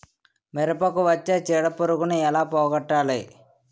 మిరపకు వచ్చే చిడపురుగును ఏల పోగొట్టాలి?